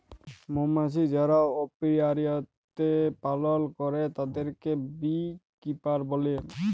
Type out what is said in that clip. মমাছি যারা অপিয়ারীতে পালল করে তাদেরকে বী কিপার বলে